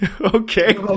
Okay